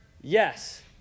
Yes